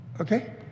okay